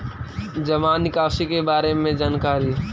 जामा निकासी के बारे में जानकारी?